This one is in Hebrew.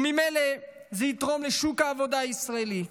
וממילא זה יתרום לשוק העבודה הישראלי,